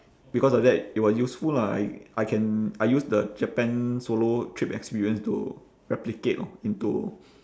because of that it was useful lah I I can I use the japan solo trip experience to replicate orh into